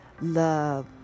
love